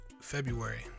February